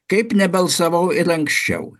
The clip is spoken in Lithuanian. kaip nebalsavau ir anksčiau